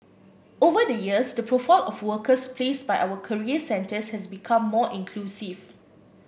over the years the profile of workers placed by our career centres has become more inclusive